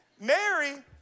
Mary